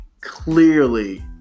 clearly